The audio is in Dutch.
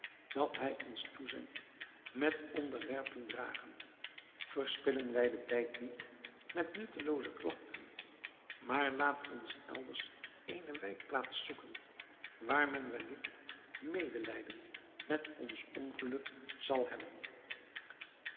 dat hij ons toezendt met onderwerping dragen verspillen wij den tijd niet met nuttelooze klagten maar laat ons elders eene wijkplaats zoeken waar men welligt medelijden met ons ongeluk zal hebben